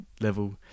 level